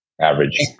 average